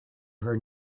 her